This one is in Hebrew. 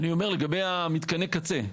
אני אומר לגבי מתקני הקצה.